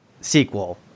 sequel